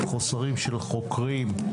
חוסרים של חוקרים,